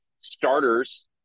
starters